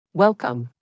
Welcome